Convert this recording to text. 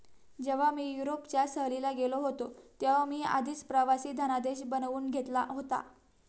जेव्हा मी युरोपच्या सहलीला गेलो होतो तेव्हा मी आधीच प्रवासी धनादेश बनवून घेतला होता